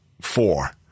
four